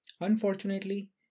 Unfortunately